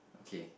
okau